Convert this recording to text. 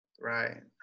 Right